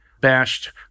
bashed